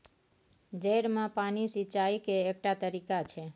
जड़ि मे पानि सिचाई केर एकटा तरीका छै